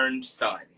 son